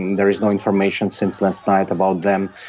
there is no information since last night about them.